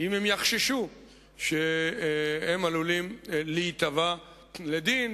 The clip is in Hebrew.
אם הם יחששו שהם עלולים להיתבע לדין,